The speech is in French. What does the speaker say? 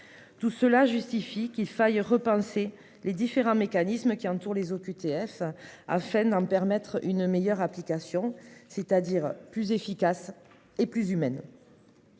Tout cela justifie qu'il faille repenser les différents mécanismes qui. Pour les OQTF afin d'en permettre une meilleure application c'est-à-dire plus efficace et plus humaine.--